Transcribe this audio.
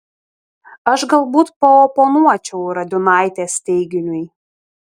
aš galbūt paoponuočiau radiunaitės teiginiui